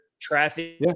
traffic